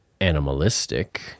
animalistic